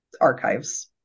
archives